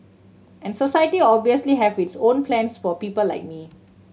and society obviously have its own plans for people like me